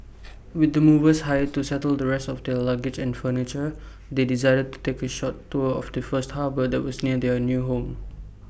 with the movers hired to settle the rest of their luggage and furniture they decided to take A short tour of the first harbour that was near their new home